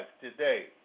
today